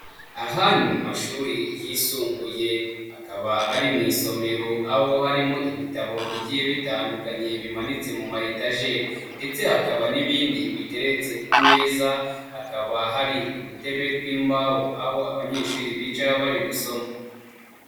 Aha ni mu mashuri yisumbuye akaba ari mu isomero aho harimo ibitabo bigiye bitandukanye bimanitse mu mayetajeri ndetse hakaba n'ibindi biteretse ku meza, hakaba hari udutebe tw'imbaho aho abanyeshuri bicara bari gusoma.